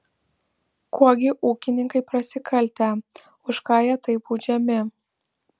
kuo gi ūkininkai prasikaltę už ką jie taip baudžiami